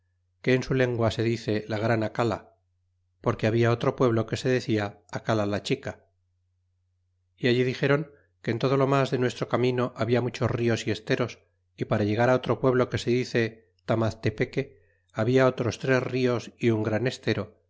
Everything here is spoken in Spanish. que en su lengua se dice la gran acala porque habla otro pueblo que se decia acala la chica y allí dixeron que en todo lo mas de nuestro camino habla muchos tíos y esteros y para llegar otro pueblo que se dice tamaztepeque habla otros tres nos y un gran estero